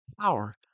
power